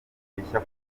bishya